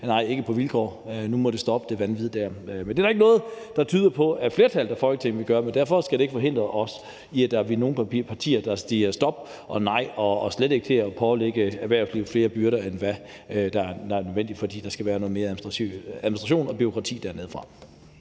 Nej, ikke på vilkår, nu må det der vanvid stoppe. Der er ikke noget, der tyder på, at flertallet i Folketinget vil gøre det, men det skal ikke forhindre os i, at vi er nogle partier, der siger stop og nej. Og man skal slet ikke pålægge erhvervslivet flere byrder, end hvad der er nødvendigt, fordi der skal være noget mere administration og bureaukrati dernedefra.